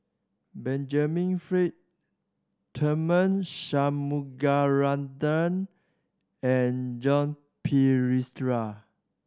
Benjamin Frank Tharman Shanmugaratnam and Joan Pereira